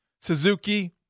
Suzuki